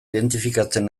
identifikatzen